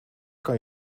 kan